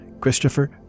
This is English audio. Christopher